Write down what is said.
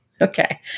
okay